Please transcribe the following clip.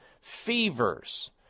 fevers